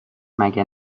مگه